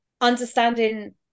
understanding